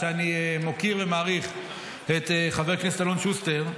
אני מוקיר ומעריך את חבר הכנסת אלון שוסטר,